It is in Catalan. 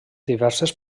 diverses